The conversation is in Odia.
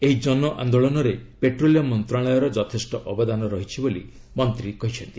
ଏହି ଜନଆନ୍ଦୋଳନରେ ପେଟ୍ରୋଲିୟମ୍ ମନ୍ତ୍ରଣାଳୟର ଯଥେଷ୍ଟ ଅବଦାନ ରହିଛି ବୋଲି ମନ୍ତ୍ରୀ କହିଛନ୍ତି